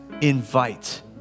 Invite